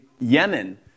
Yemen